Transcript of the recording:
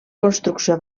construcció